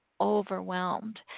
Overwhelmed